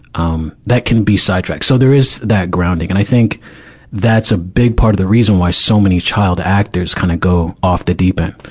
um, that can be sidetracked. so there is that grounding. and i think that's a big part of the reason why so many child actors kind of go off the deep end.